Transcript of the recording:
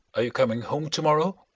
are you coming home to-morrow?